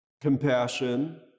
compassion